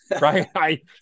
right